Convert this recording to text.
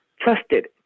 trusted